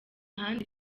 handi